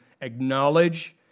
acknowledge